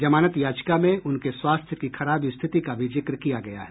जमानत याचिका में उनके स्वास्थ्य की खराब स्थिति का भी जिक्र किया गया है